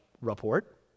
report